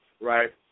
right